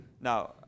Now